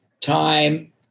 time